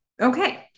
Okay